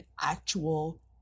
actual